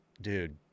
dude